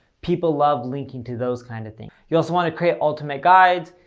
people love linking to those kind of things. you also want to create ultimate guides.